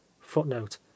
Footnote